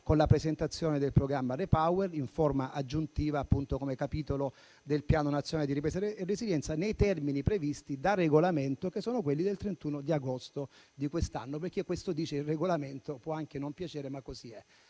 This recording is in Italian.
con la presentazione del programma REPowerEU in forma aggiuntiva, come capitolo del Piano nazionale di ripresa e resilienza, nei termini previsti da regolamento, ossia il 31 agosto di quest'anno. Questo dice il regolamento; può anche non piacere, ma è così.